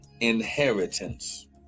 inheritance